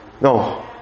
no